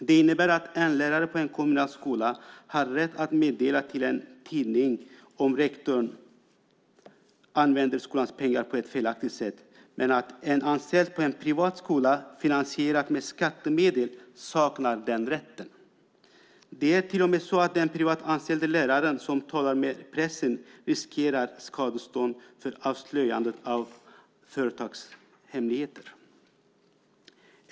Det innebär att en lärare på en kommunal skola har rätt att meddela en tidning om rektor använder skolans pengar på ett felaktigt sätt, men att en anställd på en privat skola finansierad med skattemedel saknar den rätten. Det är till och med så att den privatanställda lärare som talar med pressen riskerar skadestånd för avslöjande av företagshemligheter.